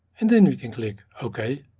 and then we can click okay.